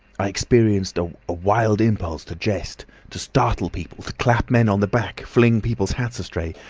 i experienced a ah wild impulse to jest, to startle people, to clap men on the back, fling people's hats astray,